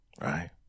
right